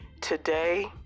Today